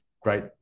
great